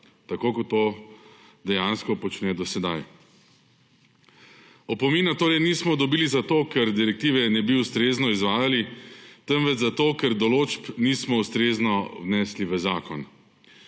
tako kot to dejansko počne do sedaj. Opomina torej nismo dobili zato, ker direktive ne bi ustrezno izvajali, temveč zato ker določb nismo ustrezno vnesli v zakon.